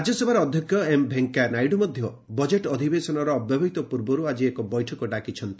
ରାଜ୍ୟସଭାର ଅଧ୍ୟକ୍ଷ ଏମ୍ ଭେଙ୍କୟା ନାଇଡୁ ମଧ୍ୟ ଆକି ବଜେଟ୍ ଅଧିବେଶନର ଅବ୍ୟବହିତ ପୂର୍ବରୁ ଆକି ଏକ ବୈଠକ ଡାକିଛନ୍ତି